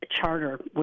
charter